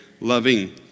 loving